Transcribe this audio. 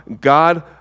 God